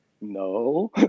No